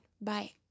Bye